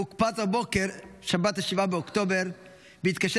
הוא הוקפץ בבוקר שבת 7 באוקטובר והתקשר